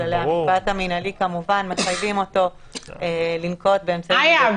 כללי המשפט המנהלי כמובן מחייבים אותו לנקוט באמצעים --- איה,